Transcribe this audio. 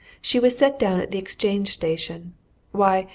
she was set down at the exchange station why,